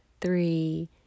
three